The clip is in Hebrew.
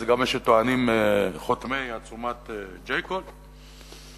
זה גם מה שטוענים חותמי עצומת J Call,